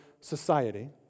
society